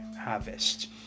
harvest